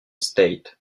state